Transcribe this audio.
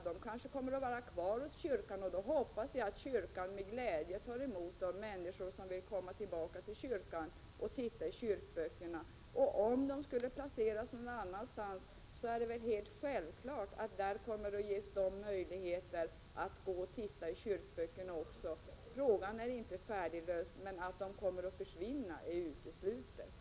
De kanske kommer att vara kvar hos kyrkan, och då hoppas jag att kyrkan med glädje tar emot de människor som vill komma dit och titta i kyrkböckerna. Om kyrkböckerna skulle placeras någon annanstans, är det helt självklart att det där kommer att ges möjligheter att få titta i dem. Frågan är inte färdigbehandlad, men det är uteslutet att kyrkböckerna kommer att försvinna.